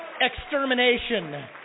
Extermination